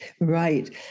Right